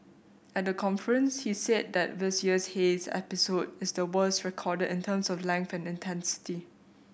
at the conference he said that this year's haze episode is the worst recorded in terms of length and intensity